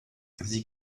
sie